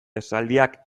esaldiak